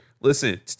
Listen